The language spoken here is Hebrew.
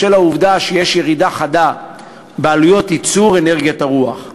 בשל העובדה שיש ירידה חדה בעלויות ייצור אנרגיית הרוח,